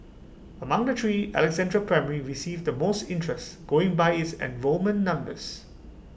among the three Alexandra primary received the most interest going by its enrolment numbers